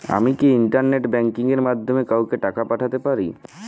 আমি কি internet banking এর মাধ্যমে কাওকে টাকা পাঠাতে পারি?